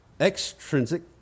extrinsic